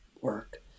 work